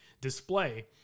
display